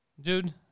dude